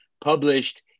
published